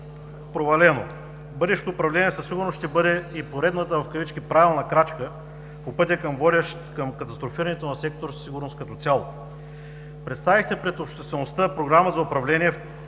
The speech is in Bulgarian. провалено. Бъдещото управление със сигурност ще бъде и поредната „правилна крачка“ по пътя, водещ към катастрофирането на сектор „Сигурност“ като цяло. Представихте пред обществеността Програма за управление, в която